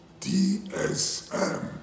DSM